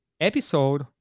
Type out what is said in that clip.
episode